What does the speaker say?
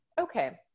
Okay